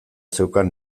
zeukan